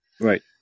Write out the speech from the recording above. Right